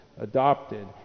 adopted